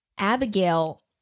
Abigail